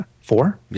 Four